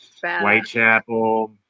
Whitechapel